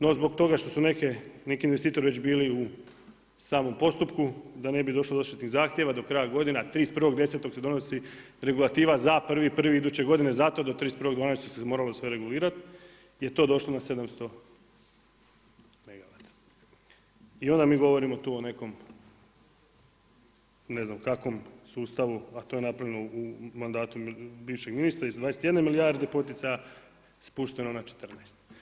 No zbog toga što su neki investitori već bili u samom postupku da ne bi došlo do odštetnih zahtjeva do kraja godine, a 31.10. se donosi regulativa za 1.1. iduće godine zato do 31.12. se moralo sve regulirati je to došlo na 700MW i onda mi govorimo tu o nekom ne znam kakvom sustavu, a to je napravljeno u mandatu bivšeg ministra i sa 21 milijardu poticaja spušteno na 14.